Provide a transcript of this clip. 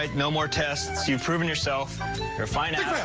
ah no more tests you from and yourself or find it.